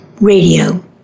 radio